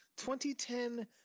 2010